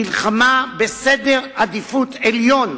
מלחמה בסדר עדיפות עליון.